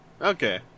Okay